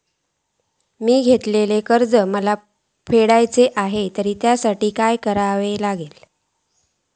मिया घेतलेले कर्ज मला परत फेडूचा असा त्यासाठी काय काय करून होया?